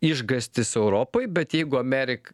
išgąstis europai bet jeigu amerik